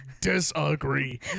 disagree